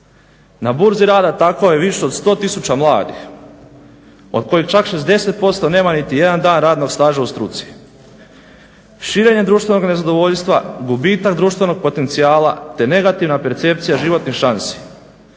Na burzi rada tako je više od 100 000 mladih od kojih čak 60% nema niti jedan radnog staža u struci. Širenje društvenog nezadovoljstva, gubitak društvenog potencijala te negativna percepcija životnih šansi